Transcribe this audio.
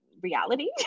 reality